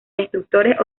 destructores